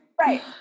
Right